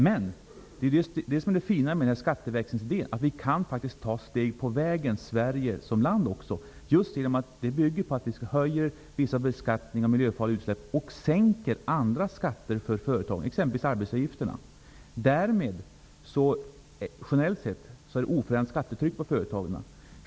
Men det fina med skatteväxlingen är att den gör det möjligt också för Sverige som land att ta steg på vägen. Skatteväxlingen bygger nämligen på att vi höjer vissa beskattningar av miljöfarliga utsläpp och sänker andra skatter för företag, exempelvis arbetsgivaravgifterna. Därmed är skattetrycket på företagen generellt sett oförändrat.